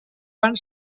van